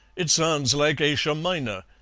it sounds like asia minor.